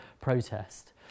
protest